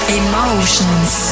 emotions